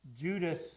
Judas